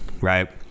right